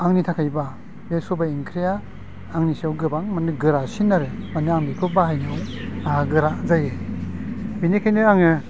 आंनि थाखायब्ला बे सबाइ ओंख्रिया आंनि सायाव गोबां माने गोरासिन आरो माने आं बेखौ बाहायनायाव आंहा गोरा जायो बिनिखायनो आङो